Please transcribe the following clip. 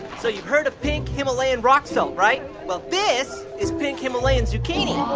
so you've heard of pink himalayan rock salt, right? well, this is pink himalayan zucchini